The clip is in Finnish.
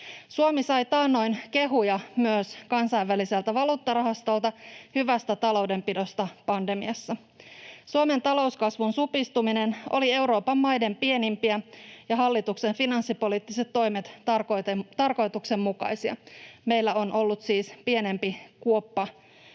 Suomi sai taannoin kehuja myös kansainväliseltä valuuttarahastolta hyvästä taloudenpidosta pandemiassa. Suomen talouskasvun supistuminen oli Euroopan maiden pienimpiä ja hallituksen finanssipoliittiset toimet tarkoituksenmukaisia. Meillä on ollut siis pienempi kuoppa